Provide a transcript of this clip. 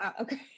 Okay